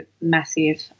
massive